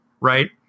right